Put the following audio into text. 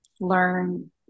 Learn